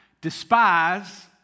despise